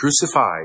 crucified